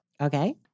Okay